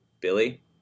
Billy